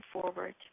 forward